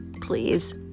Please